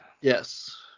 Yes